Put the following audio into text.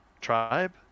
Tribe